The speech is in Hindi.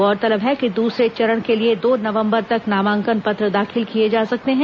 गौरतलब है कि दूसरे चरण के लिए दो नवंबर तक नामांकन पत्र दाखिल किए जा सकते हैं